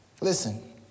Listen